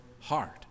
heart